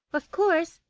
of course,